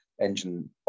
Engine